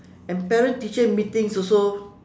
and parent teacher meetings also